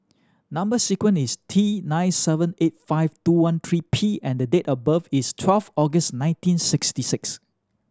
number sequence is T nine seven eight five two one three P and the date of birth is twelve August nineteen sixty six